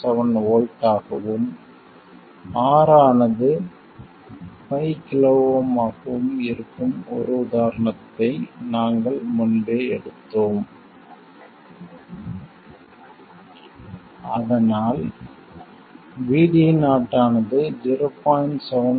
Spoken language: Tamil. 7 V ஆகவும் R ஆனது 5 KΩ ஆகவும் இருக்கும் ஒரு உதாரணத்தை நாங்கள் முன்பே எடுத்தோம் அதனால் VD0 ஆனது 0